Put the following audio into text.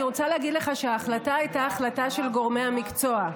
אני רוצה להגיד לך שההחלטה הייתה החלטה של גורמי המקצוע.